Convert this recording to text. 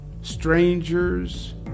strangers